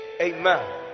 Amen